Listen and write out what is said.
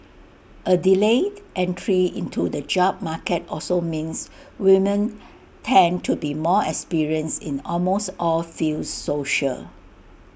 A delayed entry into the job market also means women tend to be more experienced in almost all fields social